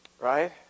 Right